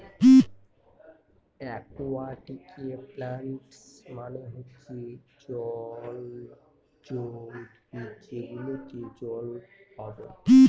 একুয়াটিকে প্লান্টস মানে হচ্ছে জলজ উদ্ভিদ যেগুলোতে জল পাবো